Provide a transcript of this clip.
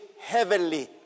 heavenly